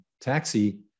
taxi